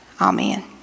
Amen